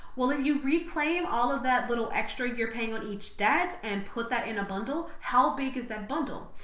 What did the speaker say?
well, when you replay him all of that little extra you're paying on each debt and put that in a bundle how big is that bundle?